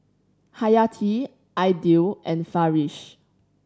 Hayati Aidil and Farish